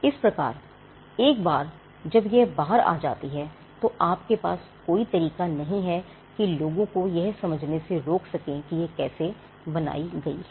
इस प्रकार एक बार जब यह बाहर आ जाती है तो आपके पास कोई तरीका नहीं है कि लोगों को यह समझने से रोक सकें कि यह कैसे बनाई गई है